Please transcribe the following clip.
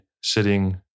sitting